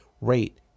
rate